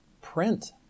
print